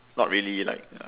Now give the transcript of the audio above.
not really like uh